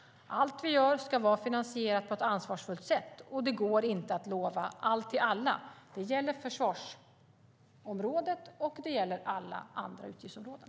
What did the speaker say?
Allt vi gör ska vara finansierat på ett ansvarsfullt sätt, och det går inte att lova allt till alla. Det gäller förvarsområdet, och det gäller alla andra utgiftsområden.